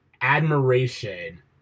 admiration